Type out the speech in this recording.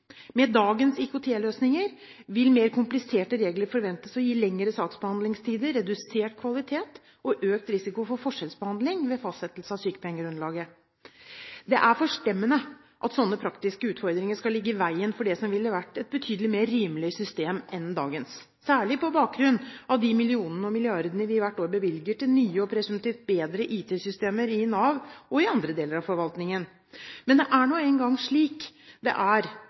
Med dagens IKT-løsninger vil mer kompliserte regler forventes å gi lengre saksbehandlingstider, redusert kvalitet og økt risiko for forskjellsbehandling ved fastsettelse av sykepengegrunnlaget. Det er forstemmende at slike praktiske utfordringer skal ligge i veien for det som ville vært et betydelig mer rimelig system enn dagens, særlig på bakgrunn av de millionene og milliardene vi hvert år bevilger til nye og presumptivt bedre IT-systemer i Nav og i andre deler av forvaltningen. Men det er nå en gang slik det er